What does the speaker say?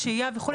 השהייה וכולה,